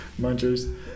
munchers